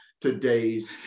today's